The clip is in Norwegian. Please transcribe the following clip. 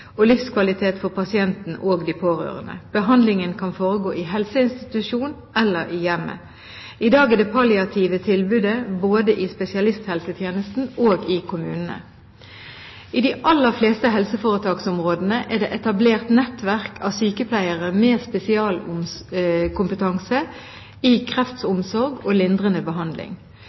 og livskvalitet for pasienten og de pårørende. Behandlingen kan foregå i helseinstitusjon eller i hjemmet. I dag er det palliative tilbud både i spesialisthelsetjenesten og i kommunene. I de aller fleste helseforetaksområdene er det etablert nettverk av sykepleiere med spesialkompetanse i kreftomsorg og lindrende behandling.